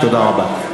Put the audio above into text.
תודה רבה.